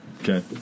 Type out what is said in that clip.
Okay